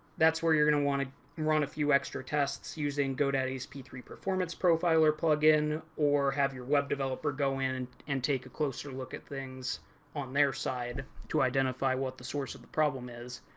that's where you're going to want to run a few extra tests using godaddy's three performance profiler plugin. or have your web developer go in, and take a closer look at things on their side, to identify what the source of the problem is.